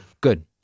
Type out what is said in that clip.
Good